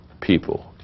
people